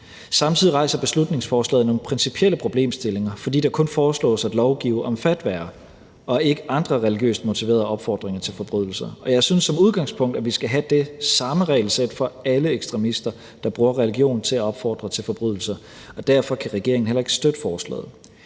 Samtidig rejser beslutningsforslaget nogle principielle problemstillinger, fordi det kun foreslås at lovgive om fatwaer og ikke andre religiøst motiverede opfordringer til forbrydelser. Jeg synes som udgangspunkt, at vi skal have det samme regelsæt for alle ekstremister, der bruger religion til at opfordre til forbrydelser, og derfor kan regeringen heller ikke støtte forslaget.